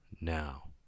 now